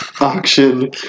auction